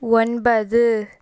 ஒன்பது